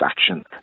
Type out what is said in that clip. action